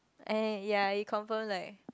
I ya you confirm like